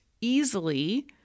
easily